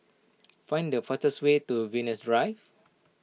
find the fastest way to Venus Drive